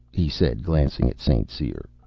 he said, glancing at st. cyr,